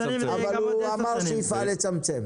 5 שנים זה ייקח עוד 10 שנים.